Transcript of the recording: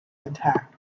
intact